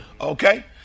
Okay